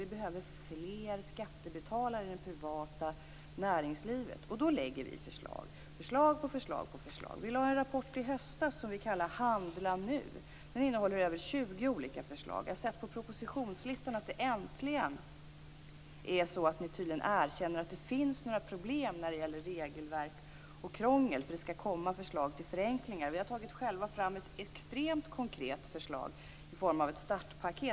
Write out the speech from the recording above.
Vi behöver fler skattebetalare i det privata näringslivet. Vi har lagt fram förslag på förslag. Vi lade fram en rapport i höstas kallad Handla nu. Den innehåller över 20 olika förslag. Jag har sett på propositionslistan att ni äntligen erkänner att det finns problem när det gäller regelverk och krångel. Det skall komma förslag till förenklingar. Vi har själva tagit fram ett extremt konkret förslag i form av ett startpaket.